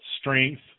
strength